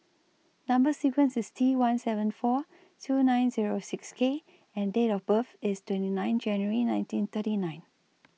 Number sequence IS T one seven four two nine Zero six K and Date of birth IS twenty nine January nineteen thirty nine